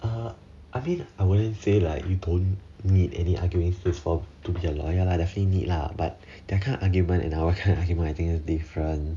uh I mean I wouldn't say like you don't need any arguing skills to be a lawyer lah definitely need lah but their kind of argument and our kind of argument I think is different